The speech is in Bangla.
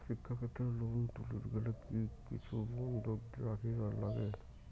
শিক্ষাক্ষেত্রে লোন তুলির গেলে কি কিছু বন্ধক রাখিবার লাগে?